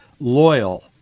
loyal